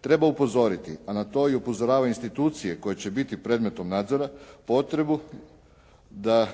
Treba upozoriti, a na to i upozoravaju institucije koje će biti predmetom nadzora, potrebu da